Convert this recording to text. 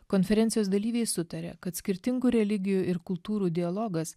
konferencijos dalyviai sutarė kad skirtingų religijų ir kultūrų dialogas